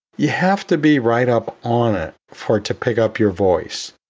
you have to be right up on it for it to pick up your voice.